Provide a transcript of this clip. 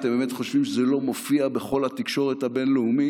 אתם באמת חושבים שזה לא מופיע בכל התקשורת הבין-לאומית,